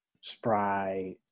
spry